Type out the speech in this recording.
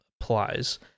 applies